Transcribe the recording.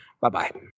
Bye-bye